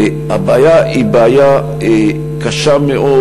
הבעיה היא בעיה קשה מאוד,